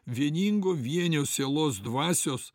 vieningu vienio sielos dvasios